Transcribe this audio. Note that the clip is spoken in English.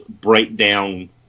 breakdown